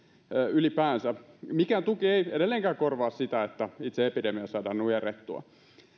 ylipäänsä mikään tuki ei edelleenkään korvaa sitä että itse epidemia saadaan nujerrettua